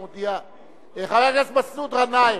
חבר הכנסת מסעוד גנאים.